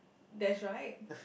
that's right